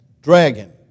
dragon